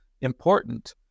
important